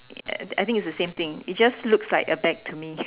uh I think it's the same thing it just looks like a bag to me